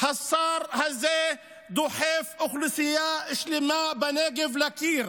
השר הזה דוחף אוכלוסייה שלמה בנגב אל הקיר.